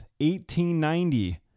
1890